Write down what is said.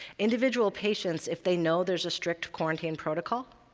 individual patients, if they know there's a strict quarantine protocol,